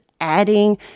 adding